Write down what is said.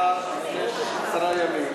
אליך לפני עשרה ימים,